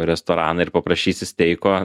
restoraną ir paprašysi steiko